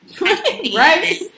right